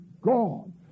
God